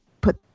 put